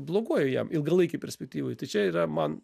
bloguoju jam ilgalaikėj perspektyvoj tai čia yra man